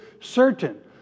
certain